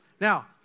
Now